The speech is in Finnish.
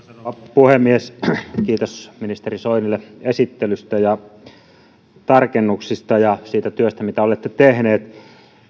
puhemies kiitos ministeri soinille esittelystä ja tarkennuksista ja siitä työstä mitä olette tehneet